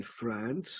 France